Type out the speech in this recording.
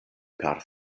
per